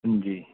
جی